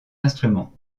instruments